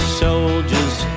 soldier's